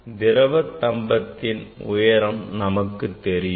திரவ தம்பத்தின் உயரம் நமக்கு தெரியும்